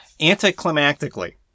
Anticlimactically